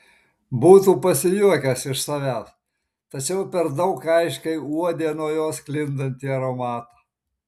būtų pasijuokęs iš savęs tačiau per daug aiškiai uodė nuo jos sklindantį aromatą